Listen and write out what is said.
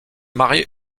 mariée